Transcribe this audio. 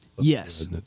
Yes